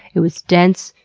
it was dense,